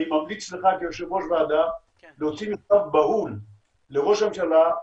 אני ממליץ לך כיושב-ראש ועדה להוציא מכתב בהול לראש הממשלה,